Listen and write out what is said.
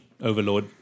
overlord